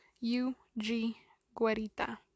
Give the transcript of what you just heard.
u-g-guerita